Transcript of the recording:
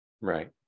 Right